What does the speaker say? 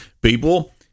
People